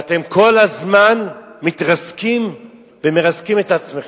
אתם כל הזמן מתרסקים ומרסקים את עצמכם.